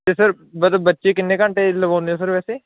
ਤਾਂ ਸਰ ਮਤਲਬ ਬੱਚੇ ਦੇ ਕਿੰਨੇ ਘੰਟੇ ਲਗਵਾਉਂਦੇ ਹੋ ਸਰ ਵੈਸੇ